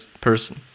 person